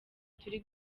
turi